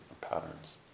patterns